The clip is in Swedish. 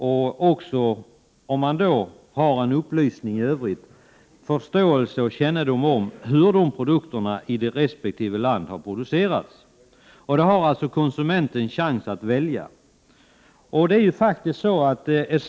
De får också förståelse för och kännedom om hur produkterna i resp. land har producerats, om ursprungsmärkningen kompletteras med övriga upplysningar. Då har konsumenten chans att välja.